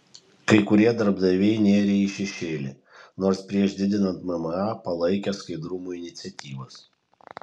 kai kurie darbdaviai nėrė į šešėlį nors prieš didinant mma palaikė skaidrumo iniciatyvas